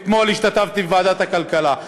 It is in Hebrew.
אתמול השתתפתי בוועדת הכלכלה.